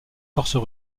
forces